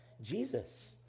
Jesus